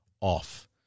off